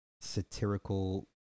satirical